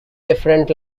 different